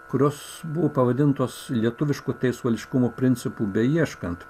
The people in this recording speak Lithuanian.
kurios buvo pavadintos lietuviško teisuoliškumo principų beieškant